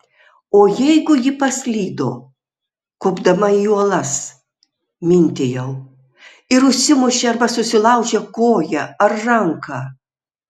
o jeigu ji paslydo kopdama į uolas mintijau ir užsimušė arba susilaužė koją ar ranką